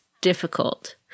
difficult